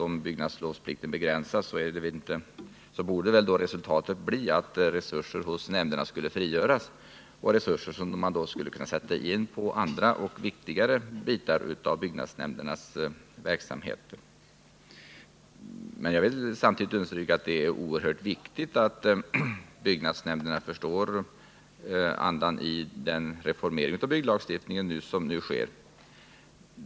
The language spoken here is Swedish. Om byggnadslovsplikten begränsas borde resultatet rimligtvis bli att resurser hos nämnderna frigörs, och dessa resurser skulle man då kunna använda inom andra och viktigare delar av byggnadsnämndernas verksamhet. Jag vill emellertid samtidigt understryka att det är oerhört viktigt att byggnadsnämnderna förstår andan i den reformering av bygglagstiftningen som nu görs.